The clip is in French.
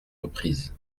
reprises